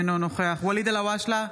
אינו נוכח ואליד אלהואשלה,